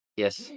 Yes